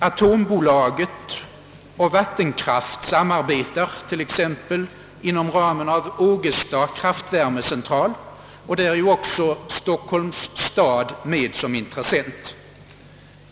Atombolaget och vattenfallsverket samarbetar t.ex. inom ramen för Ågesta kraftvärmecentral och där är också Stockholms stad med som intressent.